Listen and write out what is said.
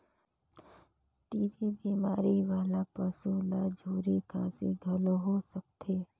TB बेमारी वाला पसू ल झूरा खांसी घलो हो सकथे